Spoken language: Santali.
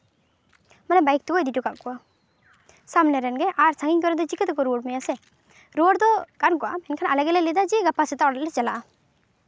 ᱢᱟᱱᱮ ᱵᱟᱭᱤᱠ ᱛᱮᱠᱚ ᱤᱫᱤ ᱦᱚᱴᱚ ᱠᱟᱫ ᱠᱚᱣᱟ ᱥᱟᱢᱱᱮ ᱨᱮᱱᱜᱮ ᱟᱨ ᱥᱟᱺᱜᱤᱧ ᱠᱚᱨᱮᱱ ᱫᱚ ᱪᱤᱠᱟᱹᱛᱮᱠᱚ ᱨᱩᱣᱟᱹᱲ ᱢᱮᱭᱟ ᱦᱮᱸᱥᱮ ᱨᱩᱣᱟᱹᱲ ᱫᱚ ᱜᱟᱱ ᱠᱚᱜᱼᱟ ᱢᱮᱱᱠᱷᱟᱱ ᱟᱞᱮ ᱜᱮᱞᱮ ᱞᱟᱹᱭᱮᱫᱟ ᱡᱮ ᱜᱟᱯᱟ ᱥᱮᱛᱟᱜ ᱨᱮᱞᱮ ᱪᱟᱞᱟᱜᱼᱟ